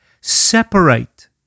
separate